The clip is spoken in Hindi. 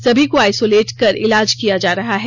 सभी को आइसोलेट कर इलाज किया जा रहा है